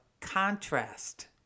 contrast